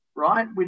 right